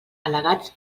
al·legats